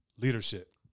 Leadership